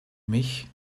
mich